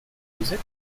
music